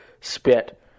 spit